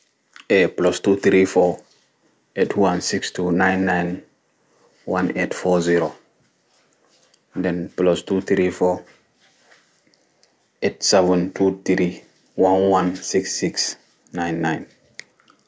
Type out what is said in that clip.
Eeh plus two three four eight one six two nine nine one eight four zero nɗen plus two three four eight seven two three one one six six nine nine